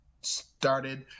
started